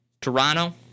Toronto